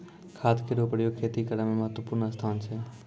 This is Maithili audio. खाद केरो प्रयोग खेती करै म महत्त्वपूर्ण स्थान छै